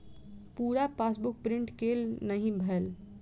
पूरा passbook print केल नहि भेल